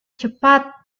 cepat